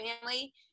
family